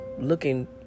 looking